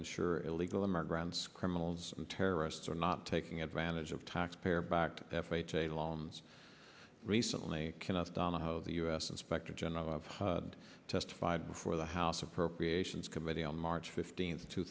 ensure illegal immigrants criminals and terrorists are not taking advantage of taxpayer backed f h a loans recently cannot donahoe the u s inspector general of the testified before the house appropriations committee on march fifteenth two